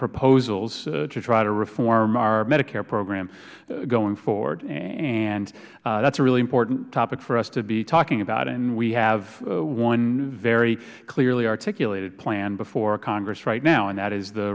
proposals to try to reform our medicare program going forward and that's a really important topic for us to be talking about i mean we have one very clearly articulated plan before congress right now and that is the